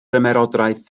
ymerodraeth